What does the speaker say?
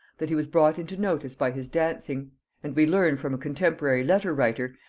that he was brought into notice by his dancing and we learn from a contemporary letter-writer,